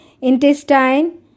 intestine